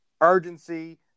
urgency